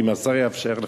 אם השר יאפשר לך.